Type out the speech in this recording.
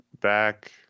back